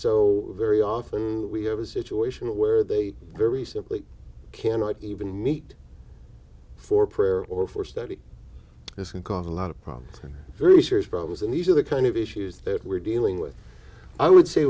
so very often we have a situation where they very simply cannot even meet for prayer or for study this can cause a lot of problems very serious problems and these are the kind of issues that we're dealing with i would say